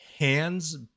Hands